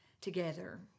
together